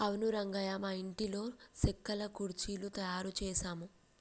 అవును రంగయ్య మా ఇంటిలో సెక్కల కుర్చీలు తయారు చేసాము